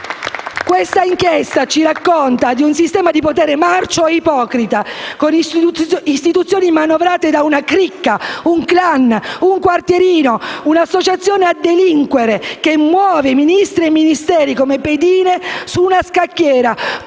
Questa inchiesta ci racconta di un sistema di potere marcio e ipocrita, con istituzioni manovrate da una cricca, un clan, un quartierino, un'associazione a delinquere che muove Ministri e Ministeri come pedine su una scacchiera,